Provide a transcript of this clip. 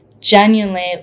genuinely